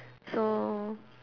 so